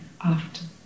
often